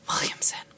Williamson